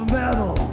metal